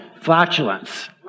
flatulence